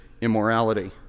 immorality